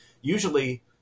usually